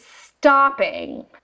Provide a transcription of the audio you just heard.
stopping